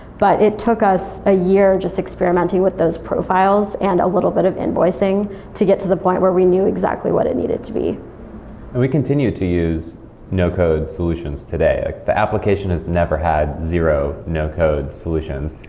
but it took us a year just experimenting with those profiles and a little bit of invoicing to get to the point where we knew exactly what it needed to be we continue to use no code solutions today. ah the application has never had zero no code solutions.